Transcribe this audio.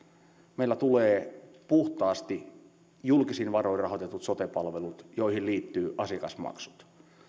meillä tulee puhtaasti julkisin varoin rahoitetut sote palvelut joihin liittyy asiakasmaksut